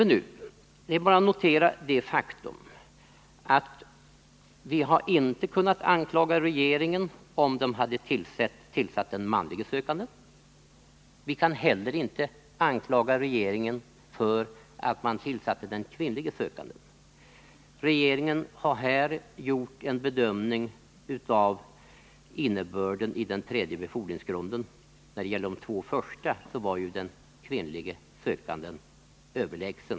I det aktuella fallet hade vi inte kunnat kritisera regeringen om den hade tillsatt den manlige sökanden. Vi kan inte heller kritisera regeringen för att sig på jämställdhetsaspekten i den tredje befordringsgrunden. När det gäller Onsdagen den första och andra befordringsgrunderna var ju den kvinnliga sökanden 3 maj 1980 överlägsen.